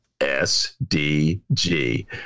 S-D-G